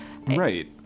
Right